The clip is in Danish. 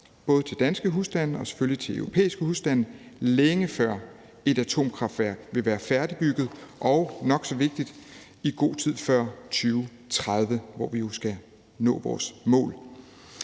både til danske husstande og selvfølgelig til europæiske husstande, længe før et atomkraftværk vil være færdigbygget og, nok så vigtigt, i god tid før 2030, hvor vi jo skal have nået vores mål.